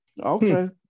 Okay